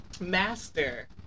master